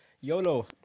YOLO